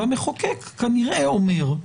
והמחוקק כנראה אומר,